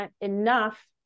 enough